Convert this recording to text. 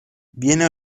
viene